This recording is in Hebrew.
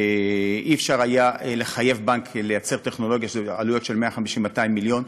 אי-אפשר היה לחייב בנק לייצר טכנולוגיה בעלויות של 150 200 מיליון.